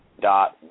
dot